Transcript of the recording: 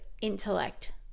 intellect